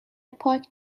پاک